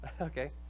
Okay